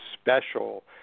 special